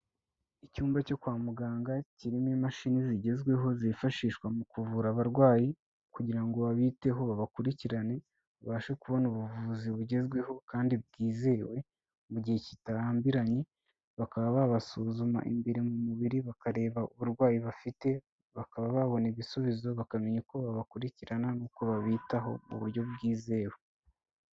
Icyumba cyo kwa muganga kirimo imashini zigezweho zifashishwa mu kuvura abarwayi kugira ngo babiteho babakurikirane, babashe kubona ubuvuzi bugezweho kandi bwizewe mu gihe kitarambiranye, bakaba babasuzuma imbere mu mubiri bakareba uburwayi bafite, bakaba babona ibisubizo bakamenya uko babakurikirana n'uko babitaho mu buryo bwizewe.